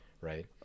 Right